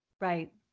Right